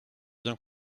bien